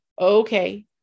Okay